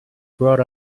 brought